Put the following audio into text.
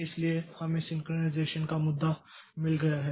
इसलिए हमें सिंक्रनाइज़ेशन का मुद्दा मिल गया है